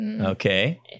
Okay